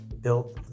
built